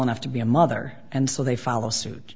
enough to be a mother and so they follow suit